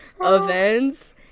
events